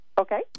Okay